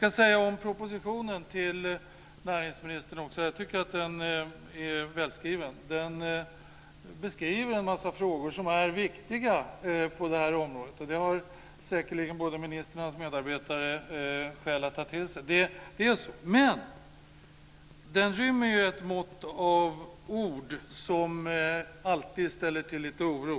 Jag ska om propositionen säga till näringsministern att den är välskriven. Den beskriver en massa frågor som är viktiga på detta område. Det har säkerligen både ministern och hans medarbetare skäl att ta till sig. Det är så. Men den rymmer ett mått av ord som alltid ställer till lite oro.